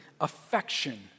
affection